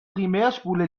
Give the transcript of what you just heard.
primärspule